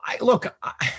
look